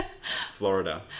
Florida